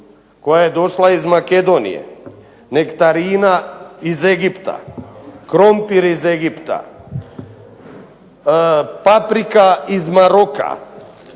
koja je došla iz Makedonije, nektarina iz Egipta, krompir iz Egipta, paprika iz Maroka.